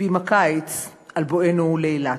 ועם הקיץ על בואנו לאילת.